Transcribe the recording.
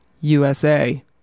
USA